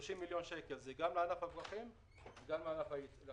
ה-30 מיליון שקל הם גם לענף הפרחים וגם לענף